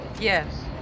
Yes